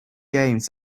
games